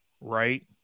right